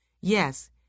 Yes